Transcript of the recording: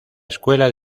escuela